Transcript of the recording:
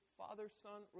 father-son